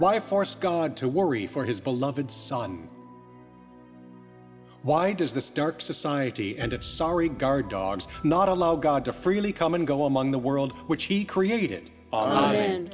why force god to worry for his beloved son why does this dark society and its sorry guard dogs not allow god to freely come and go among the world which he created and